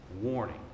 warning